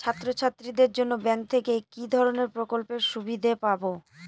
ছাত্রছাত্রীদের জন্য ব্যাঙ্ক থেকে কি ধরণের প্রকল্পের সুবিধে পাবো?